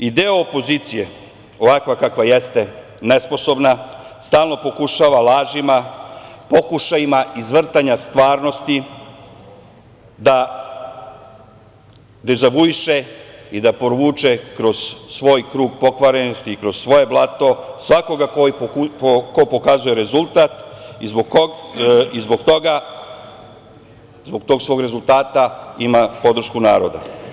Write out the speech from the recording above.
I deo opozicije, ovakva kakva jeste, nesposobna, stalno pokušava lažima, pokušajima izvrtanja stvarnosti da dezavuiše i da provuče kroz svoj krug pokvarenosti i kroz svoje blato svakoga ko pokazuje rezultat i zbog tog svog rezultata ima podršku naroda.